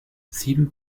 sieben